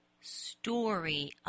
story